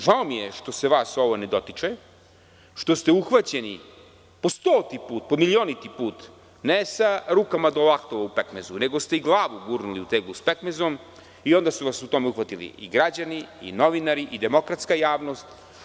Žao mi je što se vas ovo ne dotiče, što ste uhvaćeni po stoti put, po milioniti put ne sa rukama do laktova u pekmezu, nego ste i glavu gurnuli u teglu sa pekmezom i onda su vas u tome uhvatili i građani i novinari i demokratska javnost.